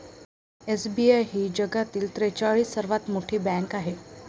SBI ही जगातील त्रेचाळीस सर्वात मोठी बँक आहे